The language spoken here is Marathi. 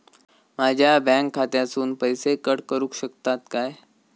माझ्या बँक खात्यासून पैसे कट करुक शकतात काय?